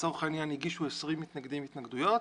לצורך העניין הגישו 20 מתנגדים התנגדויות,